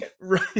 Right